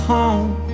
home